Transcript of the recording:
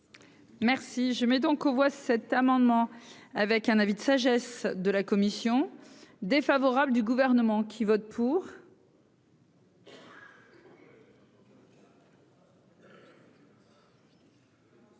Merci, je mets donc aux voix cet amendement avec un avis de sagesse de la commission défavorable du gouvernement qui vote pour.